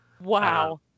Wow